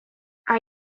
are